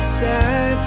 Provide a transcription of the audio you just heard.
sad